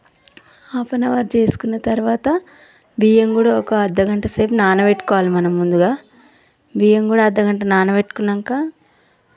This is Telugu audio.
హాఫ్ అన్ అవర్ చేసుకున్న తరువాత బియ్యం కూడా ఒక అర్థగంట సేపు నానపెట్టుకోవాలి మనం ముందుగా బియ్యం కూడా అర్ధగంట నానపెట్టుకున్నాక